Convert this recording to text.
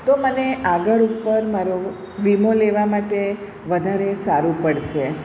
તો મને આગળ ઉપર મારો વીમો લેવા માટે વધારે સારું પડશે